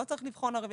לא צריך לבחון ערבים.